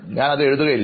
ഞാൻ അത് എഴുതുക ഇല്ല